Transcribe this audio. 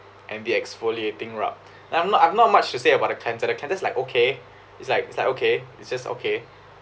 and the exfoliating rub then I'm not I've not much to say about the cleanser the cleanser is just like okay it's like it's like okay it's just okay